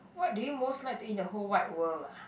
what do you most like to eat in the whole wide world ah